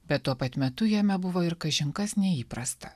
bet tuo pat metu jame buvo ir kažin kas neįprasta